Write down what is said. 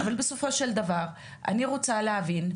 אבל בסופו של דבר אני רוצה להבין,